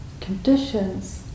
conditions